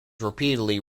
repeatedly